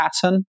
pattern